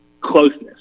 closeness